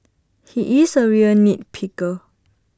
he is A real nit picker